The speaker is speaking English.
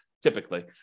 typically